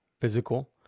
physical